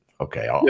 okay